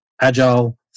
agile